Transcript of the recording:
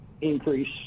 increase